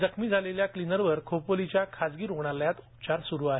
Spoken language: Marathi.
जखमी झालेल्या क्लीनर वर खोपोलीच्या खाजगी रुग्णालयात उपचार सुरू आहेत